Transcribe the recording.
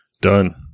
Done